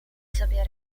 sobie